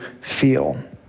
feel